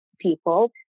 people